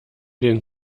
den